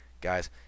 guys